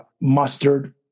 mustard